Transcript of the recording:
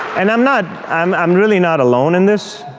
and i'm not, i'm i'm really not alone in this.